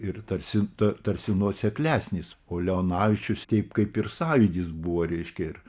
ir tarsi tarsi nuoseklesnis o leonavičius taip kaip ir sąjūdis buvo reiškia ir